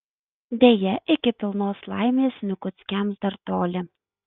deja iki pilnos laimės mikuckiams dar toli